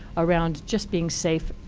around just being safe.